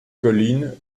colline